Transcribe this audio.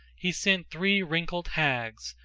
he sent three wrinkled hags,